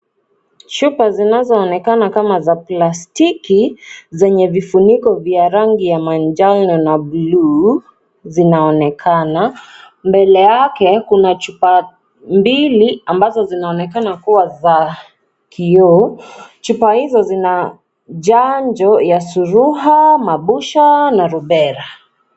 Chupa zinazoonekana kama za plastiki zenye vifuniko vya rangi ya manjano na bluu zinaonekana mbele yake kuna chupa mbili ambazo zinaonekana kuwa za kioo. Chupa hizo zina chanjo ya suruha, mabusha na rubela.